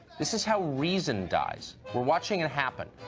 this is how reason dies. we're watching it happen.